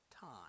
time